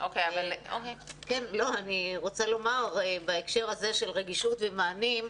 אני רוצה לומר בהקשר של רגישות ומענים,